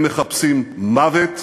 הם מחפשים מוות,